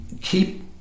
keep